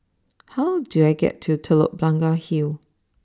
how do I get to Telok Blangah Hill